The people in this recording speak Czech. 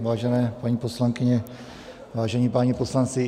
Vážené paní poslankyně, vážení páni poslanci.